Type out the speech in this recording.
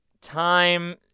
time